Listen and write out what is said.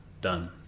done